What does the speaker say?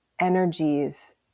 energies